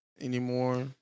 Anymore